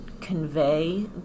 convey